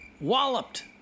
walloped